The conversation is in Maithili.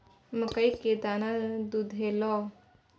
मकइ केर दाना दुधेलौ?